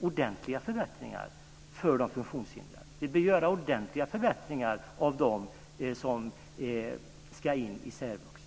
ordentliga förbättringar för de funktionshindrade. Vi bör göra ordentliga förbättringar för dem som ska in i särvux.